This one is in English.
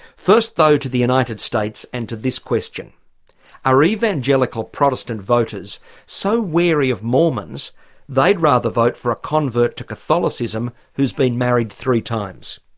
first, though, to the united states and to this question are evangelical protestant voters so wary of mormons they'd rather vote for a convert to catholicism who's been married three times?